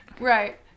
Right